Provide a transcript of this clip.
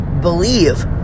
believe